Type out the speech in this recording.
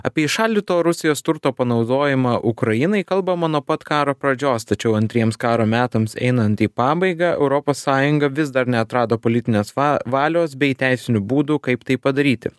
apie įšaldyto rusijos turto panaudojimą ukrainai kalbama nuo pat karo pradžios tačiau antriems karo metams einant į pabaigą europos sąjunga vis dar neatrado politinės va valios bei teisinių būdų kaip tai padaryti